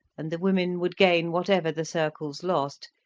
and the women would gain whatever the circles lost,